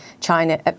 China